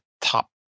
top